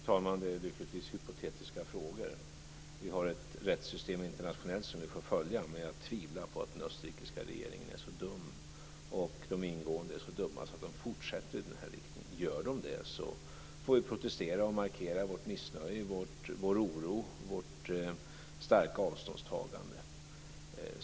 Fru talman! Det är lyckligtvis hypotetiska frågor. Vi har ett rättssystem internationellt som vi får följa, men jag tvivlar på att den österrikiska regeringen och de ingående är så dumma att de fortsätter i den här riktningen. Gör de det, får vi protestera och markera vårt missnöje, vår oro och vårt starka avståndstagande.